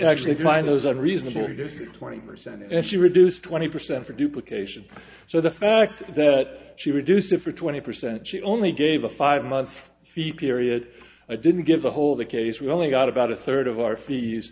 actually find those unreasonable reduced to twenty percent and she reduced twenty percent for duplications so the fact that she reduced it for twenty percent she only gave a five month fee period i didn't get to hold the case we only got about a third of our fees